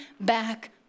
back